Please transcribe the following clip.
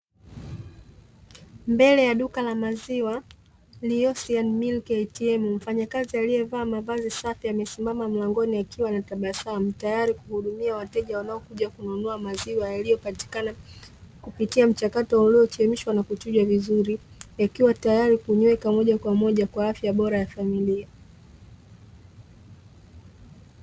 Mbele ya duka la maziwa la "Losian Miliki ATM", mfanyakazi aliyevaa mavazi safi amesimama mlangoni, akiwa na tabasamu tayari kuhudumia wateja wanaokuja kununua maziwa yaliyopatikana kupitia mchakato uliochemshwa na kuchujwa vizuri, yakiwa tayari kunyweka moja kwa moja kwa afya bora ya familia.